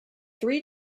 three